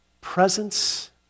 presence